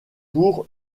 pour